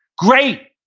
great.